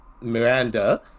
miranda